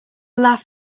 laugh